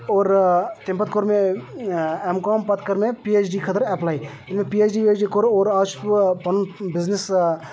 اور تمہِ پَتہٕ کوٚر مےٚ ایٚم کام پَتہٕ کٔر مےٚ پی اٮ۪چ ڈی خٲطر اٮ۪پلاے ییٚلہِ مےٚ پی اٮ۪چ ڈی وی اٮ۪چ ڈی کوٚر اور اَز چھُس بہٕ پَنُن بِزنٮ۪س